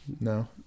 No